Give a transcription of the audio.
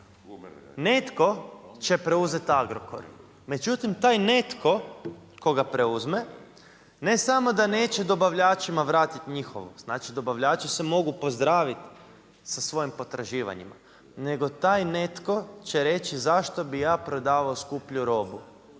Netko će preuzeti Agrokor. Međutim, taj netko tko ga preuzme ne samo da neće dobavljačima vratiti njihovo, znači dobavljači se mogu pozdraviti sa svojim potraživanjima, nego taj netko će reći zašto bih ja prodavao skuplju robu,